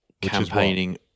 campaigning